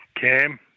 Cam